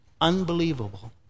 Unbelievable